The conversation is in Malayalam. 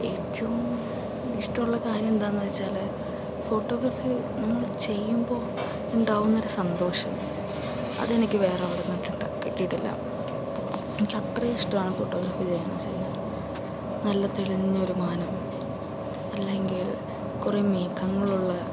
ഏറ്റവും ഇഷ്ടമുള്ള കാര്യം എന്താന്ന് വെച്ചാല് ഫോട്ടോഗ്രാഫി നമ്മൾ ചെയ്യുമ്പോൾ ഉണ്ടാകുന്ന ഒരു സന്തോഷം അതെനിക്ക് വേറെ എവിടെ നിന്നും കിട്ടും കിട്ടിയിട്ടില്ല എനിക്കത്രയും ഇഷ്ടമാണ് ഫോട്ടോഗ്രാഫി എന്നു വച്ച് കഴിഞ്ഞാൽ നല്ല തെളിഞ്ഞ ഒരു മാനം അല്ലെങ്കിൽ കുറേ മേഘങ്ങൾ ഉള്ള